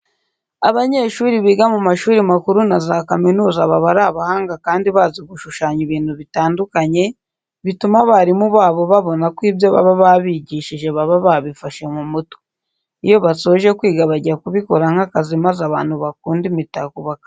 Abanyeshuri biga mu mashuri makuru na za kaminuza baba ari abahanga kandi bazi gushushanya ibintu bitandukanye, bituma abarimu babo babona ko ibyo baba babigishije baba babifashe mu mutwe. Iyo basoje kwiga bajya kubikora nk'akazi maze abantu bakunda imitako bakabibagurira.